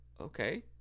okay